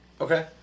Okay